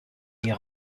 est